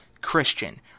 Christian